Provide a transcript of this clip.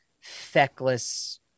feckless